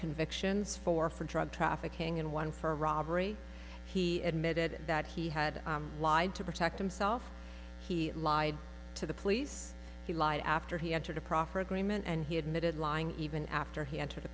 convictions for for drug trafficking and one for robbery he admitted that he had lied to protect himself he lied to the police he lied after he entered a proffer agreement and he admitted lying even after he entered the